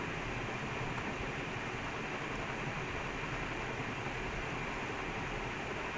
அதுக்கு அப்புறம்:athukku appuram you lose confidence as well like you oh no I missed or like the guys will be less confidence also